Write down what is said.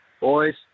Boys